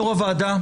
יו"ר הוועדה,